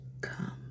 come